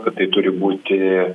kad tai turi būti